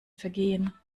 vergehen